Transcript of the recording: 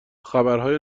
خبرهای